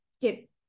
get